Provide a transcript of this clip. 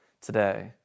today